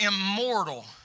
immortal